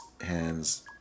hands